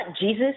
Jesus